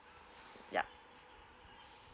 yup